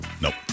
Nope